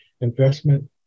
investment